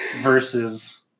versus